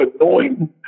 annoying